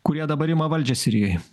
kurie dabar ima valdžią sirijoj